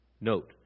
Note